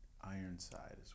Ironside